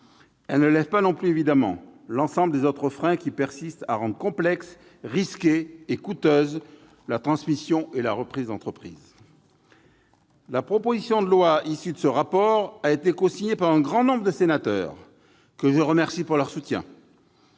transmission, non plus, évidemment, que l'ensemble des autres freins qui persistent à rendre complexes, risquées et coûteuses la transmission et la reprise d'entreprises. La proposition de loi issue de ce rapport a été cosignée par un grand nombre de sénateurs, que je remercie de leur soutien.